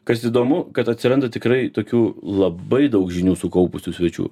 kas įdomu kad atsiranda tikrai tokių labai daug žinių sukaupusių svečių